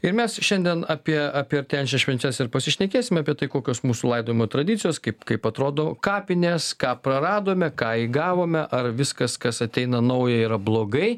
ir mes šiandien apie apie artėjančias šventes ir pasišnekėsim apie tai kokios mūsų laidojimo tradicijos kaip kaip atrodo kapinės ką praradome ką įgavome ar viskas kas ateina nauja yra blogai